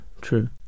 true